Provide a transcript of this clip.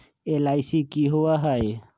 LIC की होअ हई?